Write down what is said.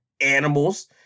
animals